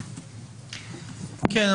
כן,